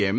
એમ